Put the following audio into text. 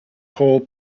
call